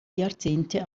jahrzehnte